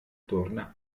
torna